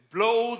Blow